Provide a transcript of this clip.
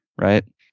right